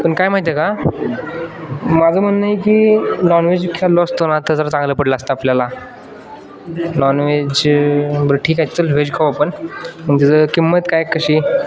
पण काय माहिती आहे का माझं म्हणणं आहे की नॉनव्हेजपेक्षा असतं ना तर जरा चांगलं पडलं असतं आपल्याला नॉनव्हेज बरं ठीक आहे चल व्हेज खाऊ आपण तिथं किंमत काय कशी